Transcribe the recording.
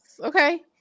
Okay